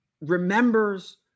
remembers